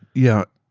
yeah.